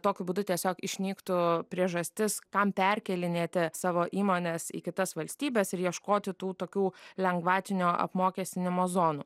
tokiu būdu tiesiog išnyktų priežastis kam perkėlinėti savo įmones į kitas valstybes ir ieškoti tų tokių lengvatinio apmokestinimo zonų